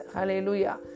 Hallelujah